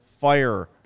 Fire